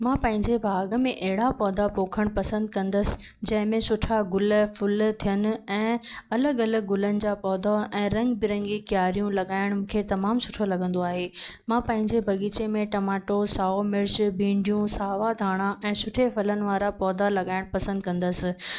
मां पंहिंजे बाग में अहिड़ा पौधा पोखणु पसंदि कंदसि जंहिं में सुठा गुल फुल थियनि ऐं अलॻि अलॻि गुलनि जा पौधा ऐं रंग बि रंगी कियारियूं लॻाइणु मूंखे तमामु सुठो लॻंदो आहे मां पंहिंजे बगीचे में टमाटो साओ मिर्चु भींडियूं सावा धाणा ऐं सुठे फलनि वारा पौधा लॻाइणु पसंदि कंदसि